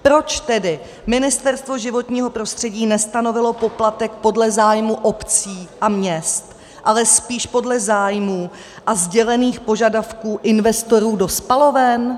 Proč tedy Ministerstvo životního prostředí nestanovilo poplatek podle zájmu obcí a měst, ale spíše podle zájmů a sdělených požadavků investorů do spaloven?